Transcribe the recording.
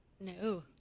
No